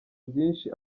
byinshi